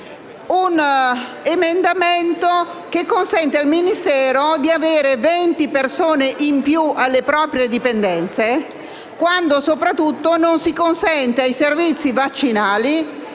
un emendamento che consente al Ministero di avere venti persone in più alle proprie dipendenze quando soprattutto non si consente ai servizi vaccinali